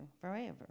forever